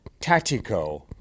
Tactico